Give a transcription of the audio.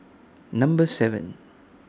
Number seven